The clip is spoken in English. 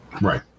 Right